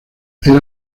era